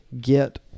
get